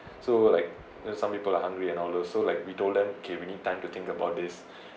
so like there's some people are hungry and all those so like we told them okay we need time to think about this